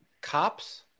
Cops